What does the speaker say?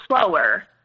slower